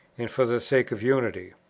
and for the sake of unity.